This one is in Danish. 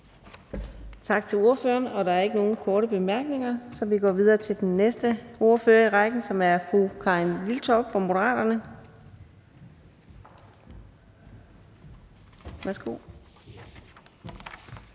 Tak til ordføreren. Der er ikke nogen korte bemærkninger, så vi går videre til den næste ordfører i rækken, som er fru Theresa Scavenius fra Alternativet.